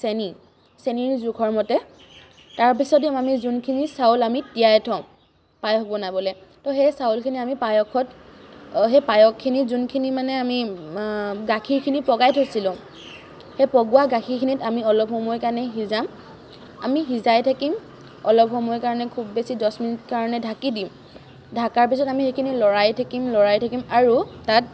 চেনীৰ জোখৰ মতে তাৰপিছত দিম আমি যোনখিনি চাউল আমি তিয়াই থওঁ পায়স বনাবলে অ' সেই চাউলখিনি আমি পায়সত সেই পায়সখিনিত যোনখিনি মানে গাখীৰখিনি পগাই থৈছিলোঁ সেই পগোৱা গাখীৰখিনিত আমি অলপ সময় কাৰণে সিজাম আমি সিজাই থাকিম অলপ সময় কাৰণে খুব বেছি দহ মিনিট সময় কাৰণে ঢাকি দিম ঢকাৰ পিছত আমি সেইখিনি লৰাই থাকিম লৰাই থাকিম আৰু তাত